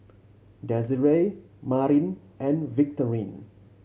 Desirae Marin and Victorine